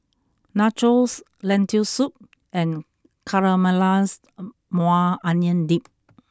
Nachos Lentil Soup and Caramelized Maui Onion Dip